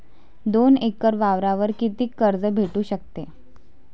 दोन एकर वावरावर कितीक कर्ज भेटू शकते?